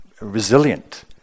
resilient